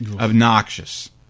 obnoxious